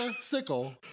sickle